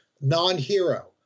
Non-hero